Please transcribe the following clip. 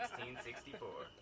1664